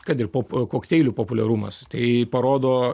kad ir pop kokteilių populiarumas tai parodo